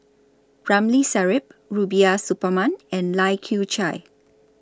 Ramli Sarip Rubiah Suparman and Lai Kew Chai